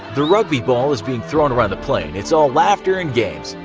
the rugby ball is being thrown around the plane, it's all laughter and games.